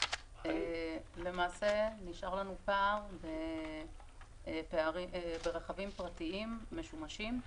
נשאר לנו פער ברכבים פרטיים משומשים.